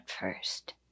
first